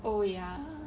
oh ya